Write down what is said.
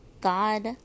God